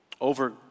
Over